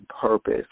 purpose